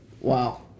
wow